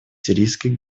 сирийских